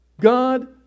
God